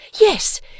Yes